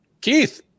Keith